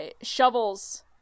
shovels